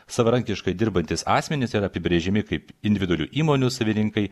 savarankiškai dirbantys asmenys yra apibrėžiami kaip individualių įmonių savininkai